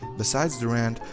besides durant,